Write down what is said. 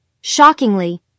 Shockingly